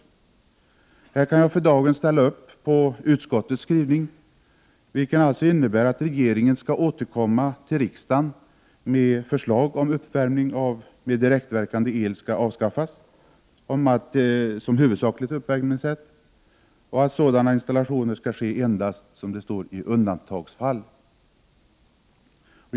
I fråga om detta kan jag för dagen ställa mig bakom utskottets skrivning, vilken alltså innebär att regeringen skall återkomma till riksdagen med förslag om att uppvärmning med direktverkande el skall avskaffas som huvudsakligt uppvärmningssätt och att sådan installation skall ske endast i undantagsfall.